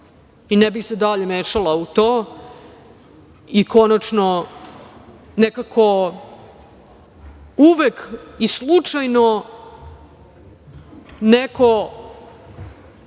Ne bih se dalje mešala u to. Konačno, nekako uvek i slučajno neko